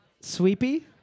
Sweepy